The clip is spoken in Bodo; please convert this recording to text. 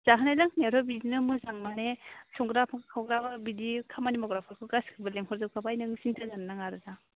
जाहोनाय लोंहोनायाथ' बिदिनो मोजां माने संग्रा खावग्रा बिदि खामानि मावग्राफोरखौ गासैखौबो लेंहर जोबखाबाय नों सिन्था जानो नाङा आरो दा